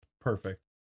Perfect